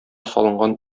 салынган